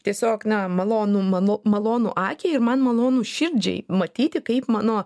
tiesiog na malonu mano malonu akiai ir man malonu širdžiai matyti kaip mano